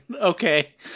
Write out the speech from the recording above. Okay